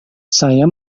saya